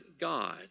God